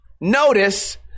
notice